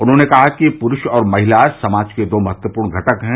उन्होंने कहा कि पुरूष और महिला समाज के दो महत्वपूर्ण घटक है